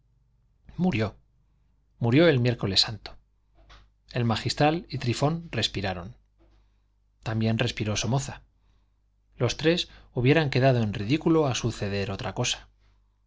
murió murió el miércoles santo el magistral y trifón respiraron también respiró somoza los tres hubieran quedado en ridículo a suceder otra cosa